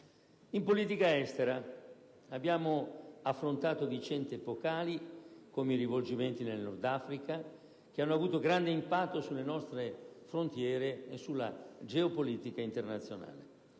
In politica estera abbiamo affrontato vicende epocali, con i rivolgimenti nel Nordafrica, che hanno avuto grande impatto sulle nostre frontiere e sulla geopolitica internazionale.